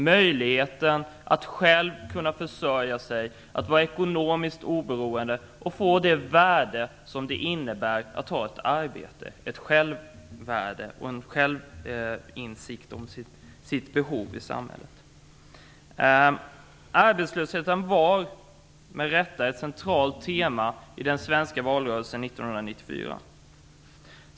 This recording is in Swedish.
Möjligheten att själv försörja sig, att vara ekonomiskt oberoende och att få det värde det innebär att ha ett arbete ger ett självvärde och en insikt om ens behov i samhället. Arbetslösheten var med rätta ett centralt tema i den svenska valrörelsen 1994.